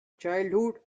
childhood